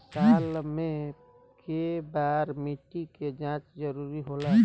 साल में केय बार मिट्टी के जाँच जरूरी होला?